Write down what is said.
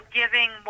giving